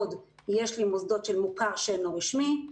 יש לי מוסדות של מוכר שאינו רשמי.